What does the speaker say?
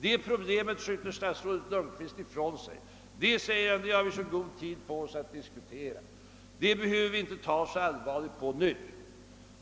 Det problemet skjuter statsrådet Lundkvist ifrån sig; det har vi så god tid på oss att diskutera och det behöver vi inte ta så allvarligt på nu, säger han.